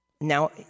Now